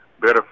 better